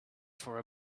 for